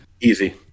Easy